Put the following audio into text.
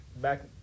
back